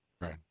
Right